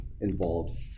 involved